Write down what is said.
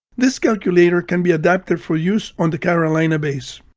this calculator can be adapted for use on the carolina bays.